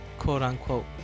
quote-unquote